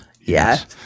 yes